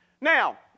Now